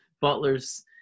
Butler's